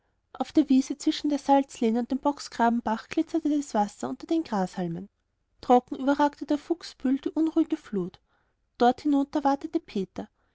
auf der wiese zwischen der salzlehne und dem bocksgrabenbach glitzerte das wasser über den grashalmen trocken überragte der fuchsenbühel die unruhige flut dort hinüber watete peter